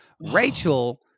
Rachel